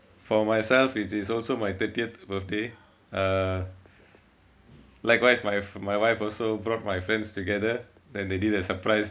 for myself it is also my thirtieth birthday uh likewise my my wife also brought my friends together then they did a surprise